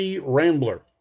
Rambler